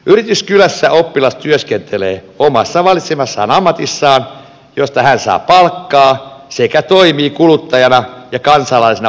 yrityskylässä oppilas työskentelee itse valitsemassaan ammatissa josta hän saa palkkaa sekä toimii kuluttajana ja kansalaisena osana yhteiskuntaa